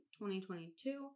2022